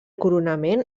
coronament